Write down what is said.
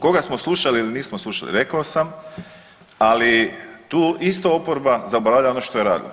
Koga smo slušali ili nismo slušali rekao sam ali tu isto oporba zaboravlja ono što je radila.